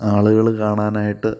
ആളുകൾ കാണാനായിട്ട്